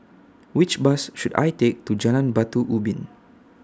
Which Bus should I Take to Jalan Batu Ubin